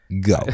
go